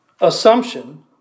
assumption